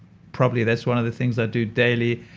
probably that's one of the things i do daily.